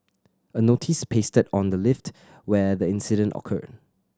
a notice pasted on the lift where the incident occurred